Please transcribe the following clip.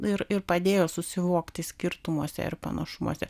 ir ir padėjo susivokti skirtumuose ir panašumuose